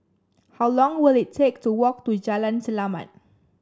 how long will it take to walk to Jalan Selamat